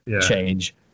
change